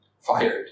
fired